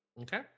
Okay